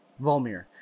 Volmir